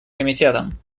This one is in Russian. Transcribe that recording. комитетом